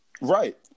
Right